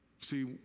See